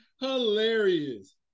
Hilarious